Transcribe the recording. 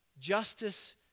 Justice